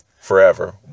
forever